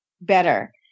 better